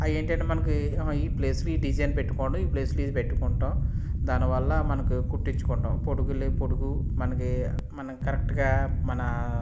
అవి ఏంటంటే మనకి ఈ ప్లేస్లో ఈ డిజైన్ పెట్టుకుని ఈ ప్లేస్లో ఇది పెట్టుకుంటాం దానివల్ల మనకి కుట్టించుకుంటాం పొడుగులే పొడుగు మనకి మనకి కరెక్ట్గా మన